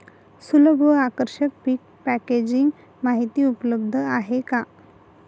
सुलभ व आकर्षक पीक पॅकेजिंग माहिती उपलब्ध आहे का?